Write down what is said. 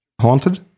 Haunted